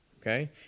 okay